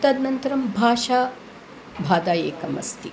तदनन्तरं भाषा भाषा एका अस्ति